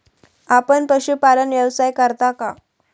आपण पशुपालन व्यवसाय करता का?